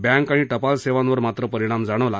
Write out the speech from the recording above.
bank आणि टपाल सेवांवर मात्र परिणाम जाणवला